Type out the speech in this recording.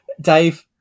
Dave